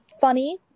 funny